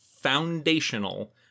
foundational